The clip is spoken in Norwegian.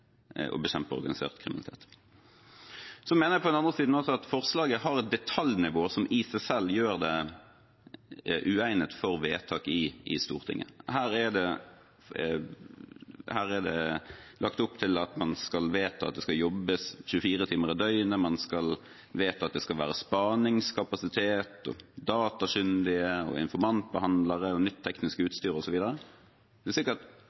å bekjempe organisert kriminalitet. På den andre siden mener jeg også at forslaget har et detaljnivå som i seg selv gjør det uegnet for vedtak i Stortinget. Her er det lagt opp til at man skal vedta at det skal jobbes 24 timer i døgnet, man skal vedta at det skal være spaningskapasitet, datakyndige, informantbehandlere, nytt teknisk utstyr osv. Det er sikkert